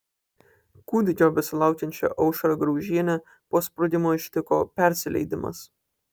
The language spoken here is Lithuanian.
kūdikio besilaukiančią aušrą graužienę po sprogimo ištiko persileidimas